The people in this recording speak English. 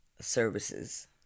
services